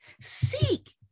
Seek